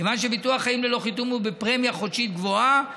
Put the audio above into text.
כיוון שביטוח חיים ללא חיתום הוא בפרמיה חודשית גבוהה,